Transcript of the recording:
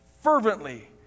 fervently